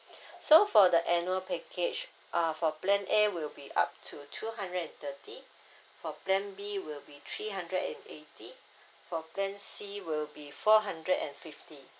so for the annual package uh for plan A will be up to two hundred and thirty for plan B will be three hundred and eighty for plan C will be four hundred and fifty